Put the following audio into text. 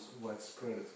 widespread